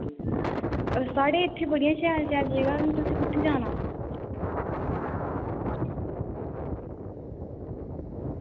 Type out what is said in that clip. साढ़े इत्थें बड़ियां शैल शैल जगहां न तुसें कुत्थें जाना